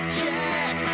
check